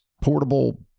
portable